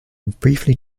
briefly